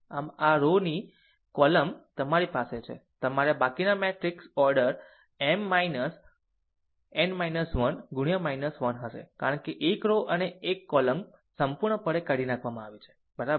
આમ આ રો ઓની કોલમ તમારી પાસે છે તમારે બાકીના matrix order M minor n 1 ગુણ્યા 1 હશે કારણ કે એક રો અને એક કોલમ સંપૂર્ણપણે કાઢી નાખવામાં આવી છે બરાબર